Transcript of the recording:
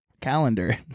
calendar